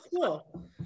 cool